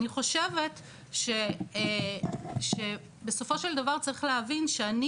אני חושבת שבסופו של דבר צריך להבין שאני